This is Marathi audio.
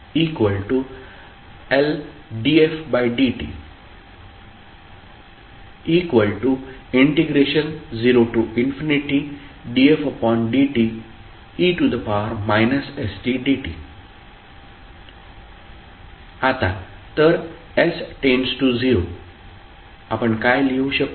आता तर s → 0 आपण काय लिहू शकतो